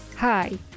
Hi